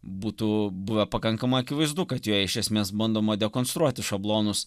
būtų buvę pakankamai akivaizdu kad joje iš esmės bandoma dekonstruoti šablonus